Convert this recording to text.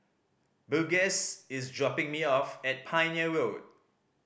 Burgess is dropping me off at Pioneer Road